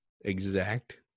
exact